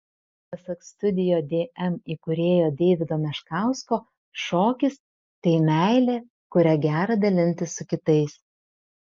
pasak studio dm įkūrėjo deivido meškausko šokis tai meilė kuria gera dalintis su kitais